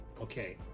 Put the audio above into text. Okay